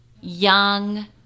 young